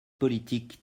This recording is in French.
politique